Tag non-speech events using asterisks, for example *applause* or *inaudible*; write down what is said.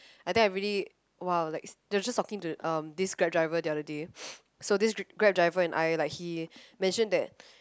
I think I really !wow! like they were just talking to um this Grab driver the other day *noise* so this dr~ Grab driver and I like he mention that